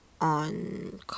On